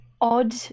odd